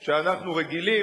שאנחנו מכירים,